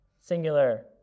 singular